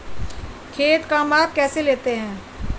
खेत का माप कैसे लेते हैं?